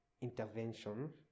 intervention